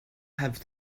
have